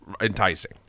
enticing